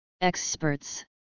Experts